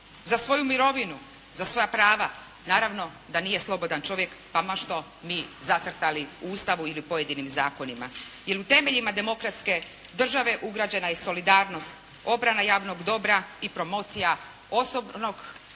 za svoju mirovinu, za svoja prava, naravno da nije slobodan čovjek pa ma što mi zacrtali u Ustavu ili u pojedinim zakonima. Jer u temeljima demokratske države ugrađena je i solidarnost obrana javnog dobra i promocija općeg